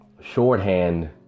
shorthand